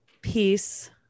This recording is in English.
Peace